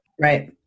Right